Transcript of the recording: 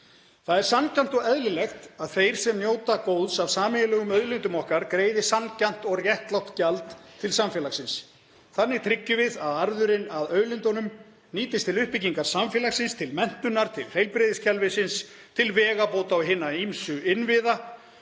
Það er sanngjarnt og eðlilegt að þeir sem njóta góðs af sameiginlegum auðlindum okkar greiði sanngjarnt og réttlátt gjald til samfélagsins. Þannig tryggjum við að arðurinn af auðlindunum nýtist til uppbyggingar samfélagsins; til menntunar, til heilbrigðiskerfisins, til vegabóta og hinna ýmsu innviða